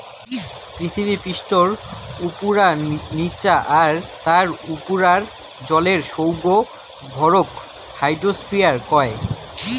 পিথীবি পিষ্ঠার উপুরা, নিচা আর তার উপুরার জলের সৌগ ভরক হাইড্রোস্ফিয়ার কয়